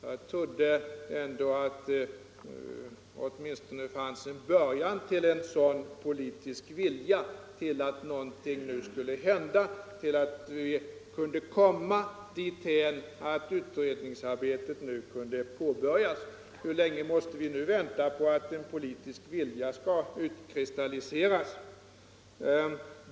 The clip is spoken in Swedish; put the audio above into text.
Jag trod Om lagfäst de ändå att det åtminstone fanns en början till en sådan politisk vilja medbestämmandetill att någonting nu skulle hända så att vi kunde komma dithän att — rätt för anställda i utredningsarbetet kunde påbörjas. Hur länge måste vi nu vänta på att — aktiebolag en politisk vilja skall utkristalliseras?